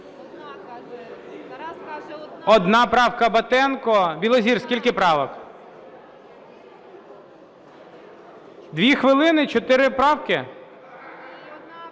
Одна правка – Батенко. Білозір, скільки правок? Дві хвилини – чотири правки?